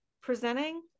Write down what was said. presenting